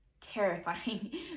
terrifying